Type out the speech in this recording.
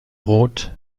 rot